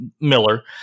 Miller